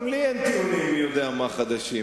גם לי אין טיעונים מי-יודע-מה חדשים,